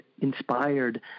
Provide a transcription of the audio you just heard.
inspired